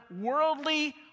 worldly